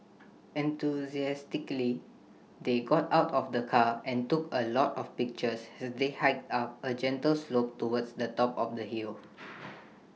enthusiastically they got out of the car and took A lot of pictures as they hiked up A gentle slope towards the top of the hill